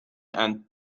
and